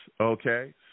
okay